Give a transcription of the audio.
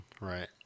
Right